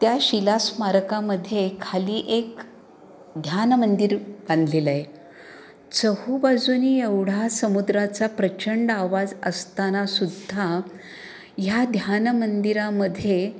त्या शिला स्मारकामध्ये खाली एक ध्यान मंदिर बांधलेलं आहे चहूबाजूने एवढा समुद्राचा प्रचंड आवाज असताना सुद्धा ह्या ध्यान मंदिरामध्ये